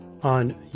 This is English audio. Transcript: on